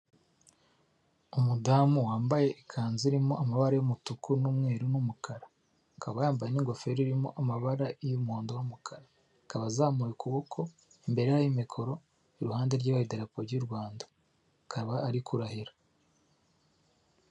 Umudamu wambaye ikanzu irimo amabara y'umutuku n'umweru n'umukara, akaba yambaye n'ingofero irimo amabara y'umuhondo n'umukara, akaba azamuye ukuboko, imbere ye hari mikoro, iruhande rwe hari iderapo y'Urwanda, akaba ari kurahira.